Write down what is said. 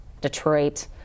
Detroit